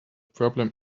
problem